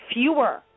fewer